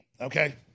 Okay